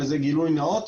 וזה גלוי נאות,